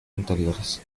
anteriores